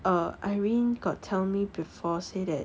uh irene got tell me before say that